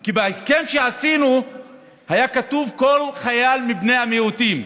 כי בהסכם שעשינו היה כתוב: כל חייל מבני המיעוטים,